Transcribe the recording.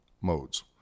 modes